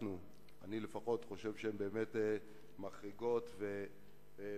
שאני לפחות חושב שהן באמת מרחיקות לכת,